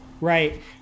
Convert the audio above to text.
right